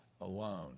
alone